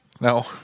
No